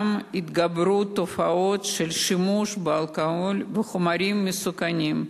וגם התגברות תופעות של שימוש באלכוהול ובחומרים מסוכנים,